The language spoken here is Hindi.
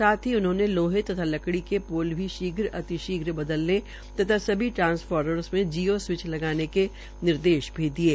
साथ ही उन्होंने लोहे तथा लकड़ी के पोल भी शीघ्र अति शीघ्र बदलने तथा सभी ट्रांसर्फामर मे जीओ स्विच लगाने के निर्देश दिये